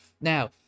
now